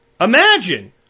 Imagine